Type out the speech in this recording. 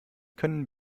können